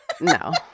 No